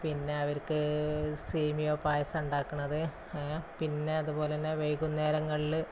പിന്നെ അവര്ക്ക് സേമിയ പായസം ഉണ്ടാക്കുന്നത് പിന്നെ അതുപോലെതന്നെ വൈകുന്നേരങ്ങളില്